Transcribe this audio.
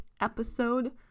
episode